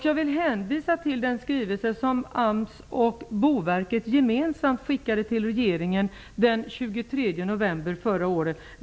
Jag vill hänvisa till den skrivelse som AMS och Boverket gemensamt skickade till regeringen den 23 november förra året.